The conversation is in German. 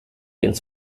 ins